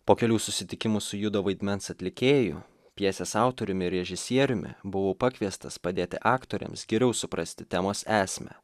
po kelių susitikimų su judo vaidmens atlikėju pjesės autoriumi režisieriumi buvau pakviestas padėti aktoriams geriau suprasti temos esmę